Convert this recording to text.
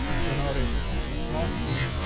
so now it is on the small screen.